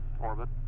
orbit